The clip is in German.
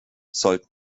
sollten